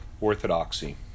orthodoxy